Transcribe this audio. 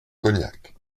cognac